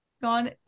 gone